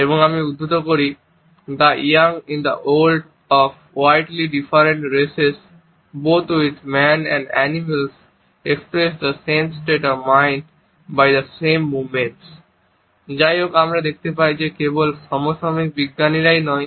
এবং আমি উদ্ধৃত করি "the young in the old of widely different races both with man and animals express the same state of mind by the same movements" যাই হোক আমরা দেখতে পাই যে কেবল সমসাময়িক বিজ্ঞানীই নয়